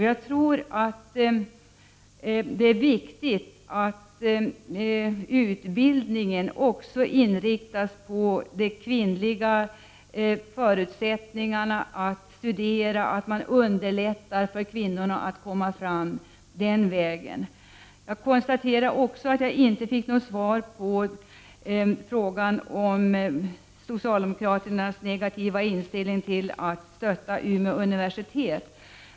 Jag tror att det är viktigt att utbildningen också inriktas på kvinnors förutsättningar att studera, att man underlättar för kvinnorna att komma fram den vägen. Jag konstaterar också att jag inte fick något svar på frågan om socialdemokraternas negativa inställning till att stötta Umeå universitet.